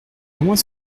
comment